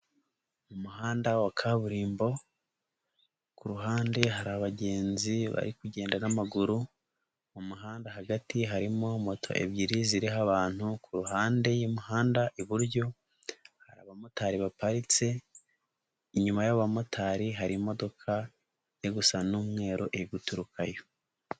Mu muhanda wa kaburimbo ku ruhande hari abagenzi bari kugenda n'amaguru, mu muhanda hagati harimo moto ebyiri ziriho abantu, ku ruhande y'imihanda iburyo hari abamotari baparitse, inyuma y'abamotari hari imodoka iri gusa n'umweru iri guturukayo.